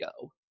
go